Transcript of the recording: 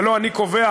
זה לא אני קובע.